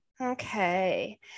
Okay